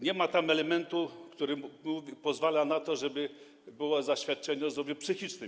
Nie ma tam elementu, który pozwala na to, żeby było zaświadczenie o zdrowiu psychicznym.